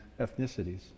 ethnicities